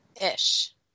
ish